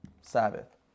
Sabbath